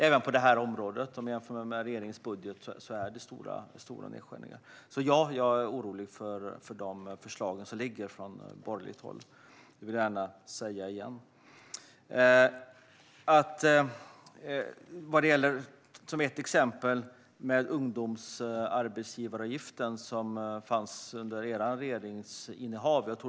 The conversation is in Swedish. Även på detta område om man jämför med regeringens budget. Så ja, jag orolig för de borgerligas förslag. Låt oss ta ungdomsarbetsgivaravgiften, som fanns under ert regeringsinnehav.